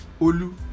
Olu